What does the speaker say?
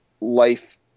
life